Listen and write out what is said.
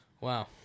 wow